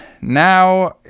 now